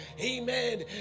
Amen